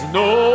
no